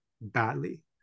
badly